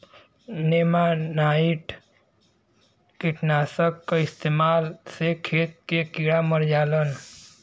नेमानाइट कीटनाशक क इस्तेमाल से खेत के कीड़ा मर जालन